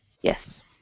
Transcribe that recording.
Yes